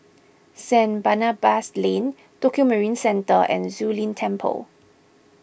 Saint Barnabas Lane Tokio Marine Centre and Zu Lin Temple